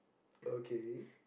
okay